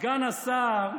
סגן השר כהנא,